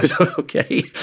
okay